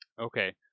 okay